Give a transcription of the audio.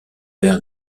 ver